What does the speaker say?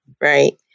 right